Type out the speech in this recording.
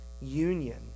union